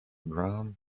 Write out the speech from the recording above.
ground